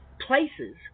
places